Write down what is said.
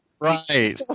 Right